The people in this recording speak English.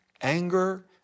anger